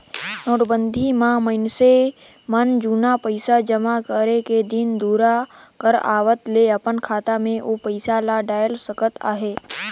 नोटबंदी म मइनसे मन जुनहा पइसा जमा करे के दिन दुरा कर आवत ले अपन खाता में ओ पइसा ल डाएल सकत अहे